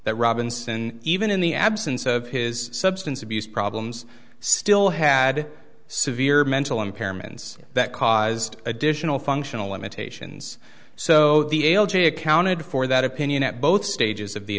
that robinson even in the absence of his substance abuse problems still had severe mental impairments that caused additional functional limitations so the ael g accounted for that opinion at both stages of